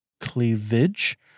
Cleavage